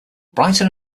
brighton